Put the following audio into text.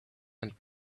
and